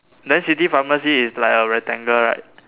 then city pharmacy is like a rectangle right